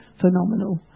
phenomenal